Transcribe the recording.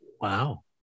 Wow